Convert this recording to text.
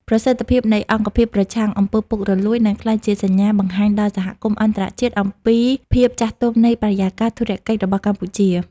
ប្រសិទ្ធភាពនៃអង្គភាពប្រឆាំង អំពើពុករលួយ នឹងក្លាយជាសញ្ញាបង្ហាញដល់សហគមន៍អន្តរជាតិអំពីភាពចាស់ទុំនៃបរិយាកាសធុរកិច្ចរបស់កម្ពុជា។